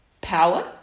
power